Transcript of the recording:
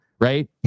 right